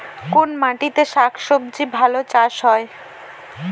কোন মাটিতে শাকসবজী ভালো চাষ হয়?